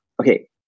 Okay